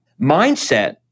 mindset